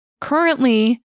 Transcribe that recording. currently